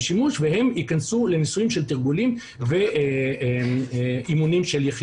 שימוש והם ייכנסו לניסוי של תרגולים ואימונים של יחידות.